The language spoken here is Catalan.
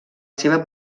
seva